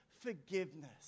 forgiveness